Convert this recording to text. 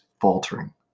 faltering